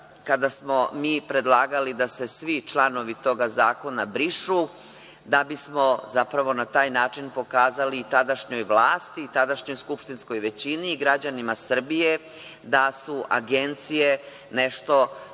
kada smo mi predlagali da se svi članovi toga zakona brišu da bismo na taj način pokazali tadašnjoj vlasti i tadašnjoj skupštinskoj većini i građanima Srbije da su agencije nešto